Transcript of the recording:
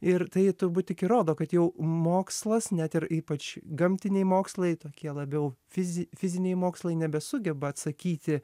ir tai turbūt tik įrodo kad jau mokslas net ir ypač gamtiniai mokslai tokie labiau fizi fiziniai mokslai nebesugeba atsakyti